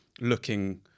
looking